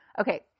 Okay